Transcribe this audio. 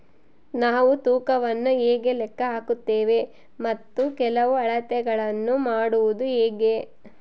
ನಾವು ತೂಕವನ್ನು ಹೇಗೆ ಲೆಕ್ಕ ಹಾಕುತ್ತೇವೆ ಮತ್ತು ಕೆಲವು ಅಳತೆಗಳನ್ನು ಮಾಡುವುದು ಹೇಗೆ?